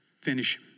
finish